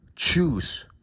Choose